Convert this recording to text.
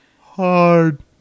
Hard